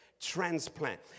transplant